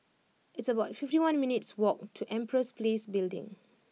it's about fifty one minutes' walk to Empress Place Building